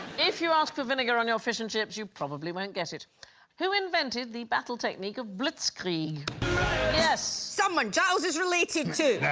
if you ask for vinegar on your fish and chips, you probably won't get it who invented the battle technique of blitzkrieg yes, someone charles is related to